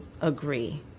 agree